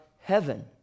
heaven